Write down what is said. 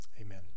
Amen